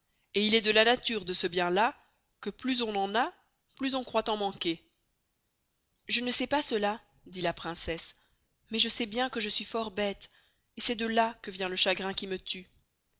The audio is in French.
et il est de la nature de ce bien là que plus on en a plus on croit en manquer je ne sçay pas cela dit la princesse mais je sçay bien que je suis fort beste et c'est de là que vient le chagrin qui me tuë